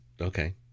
Okay